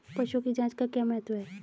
पशुओं की जांच का क्या महत्व है?